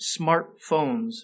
smartphones